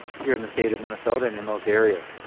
here in the state of minnesota and in those areas.